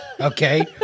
okay